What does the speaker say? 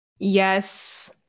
Yes